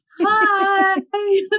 hi